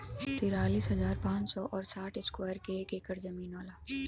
तिरालिस हजार पांच सौ और साठ इस्क्वायर के एक ऐकर जमीन होला